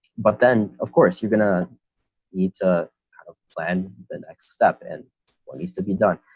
but then, of course, you're gonna need to kind of plan the next step and what needs to be done.